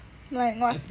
like what